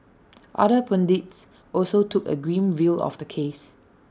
other pundits also took A grim view of the case